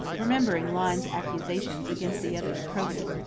remembering lyne's accusations against the other's probity.